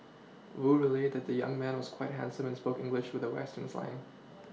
Wu relayed that the young man was quite handsome and spoke English with the Western slang